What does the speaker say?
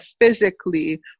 physically